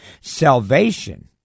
salvation